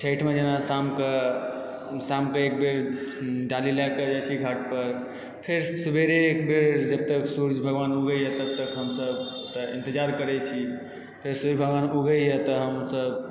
छठिमे जेना शामके शामके एक बेर डाली लए कऽजाइत छी घाट पर फेर सुबेरे एक बेर जब तक सूर्य भगवान उगैए तब तक हम सब इन्तजार करै छी फेर सुर्य भगवान उगै हँ तऽहमसब